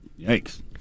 Yikes